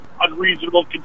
unreasonable